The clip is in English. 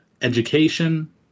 education